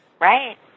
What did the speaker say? right